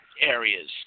areas